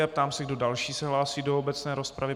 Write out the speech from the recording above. Ptám se, kdo další se hlásí do obecné rozpravy.